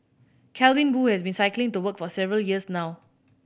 Calvin Boo has been cycling to work for several years now